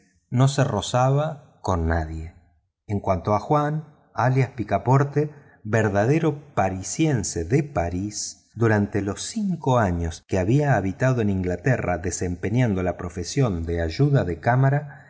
no se rozaba con nadie en cuanto a juan alias picaporte verdadero parisiense de parís durante los cinco años que había habitado en inglaterra desempeñando la profesión de ayuda de cámara